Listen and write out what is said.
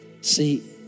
See